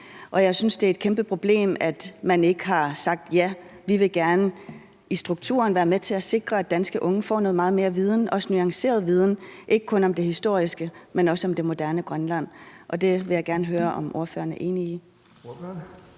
Jeg synes, det er et kæmpeproblem, at man ikke har sagt, at man gerne i strukturen vil være med til at sikre, at danske unge får meget mere viden, også nuanceret viden, ikke kun om det historiske, men også om det moderne Grønland. Det vil jeg gerne høre om ordføreren er enig i.